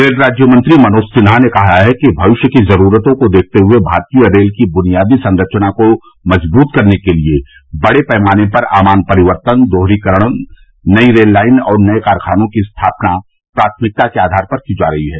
rail राज्य मंत्री मनोज सिन्हा ने कहा है कि भविष्य की ज़रूरतों को देखते हुए भारतीय रेल की बुनियादी संरचना को मज़बूत करने के लिए बड़े पैमाने पर आमान परिवर्तन दोहरीकरण नई रेल लाइन और नये कारखानों की स्थापना प्राथमिकता के आधार पर की जा रही है